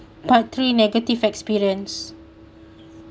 part three negative experience